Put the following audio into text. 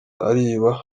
ariba